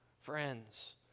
friends